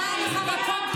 אתה צריך להתבייש.